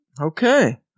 Okay